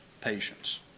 patience